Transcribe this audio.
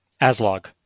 Aslog